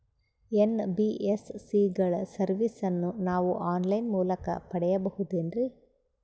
NBSC ಗಳ ಸರ್ವಿಸನ್ನ ನಾವು ಆನ್ ಲೈನ್ ಮೂಲಕ ಪಡೆಯಬಹುದೇನ್ರಿ?